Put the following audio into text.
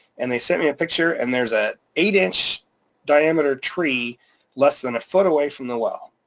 and they sent me a picture and there's a eight inch diameter tree less than a foot away from the well,